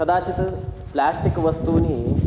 कदाचित् प्लास्टिक् वस्तूनि